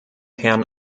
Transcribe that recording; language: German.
herren